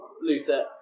Luther